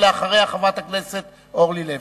אחריה, חברת הכנסת אורלי לוי.